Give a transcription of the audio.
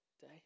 day